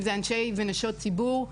אם זה אנשי ונשות ציבור,